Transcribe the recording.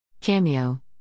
Cameo